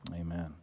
amen